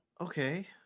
Okay